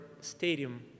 stadium